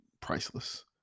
priceless